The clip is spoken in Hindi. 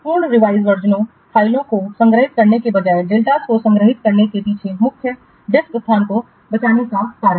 पूर्ण रिवाइज फ़ाइलों को संग्रहीत करने के बजाय डेल्टास को संग्रहीत करने के पीछे मुख्य कारण डिस्क स्थान को बचाने के लिए है